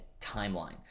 timeline